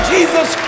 Jesus